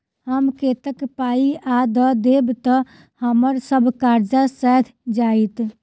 हम कतेक पाई आ दऽ देब तऽ हम्मर सब कर्जा सैध जाइत?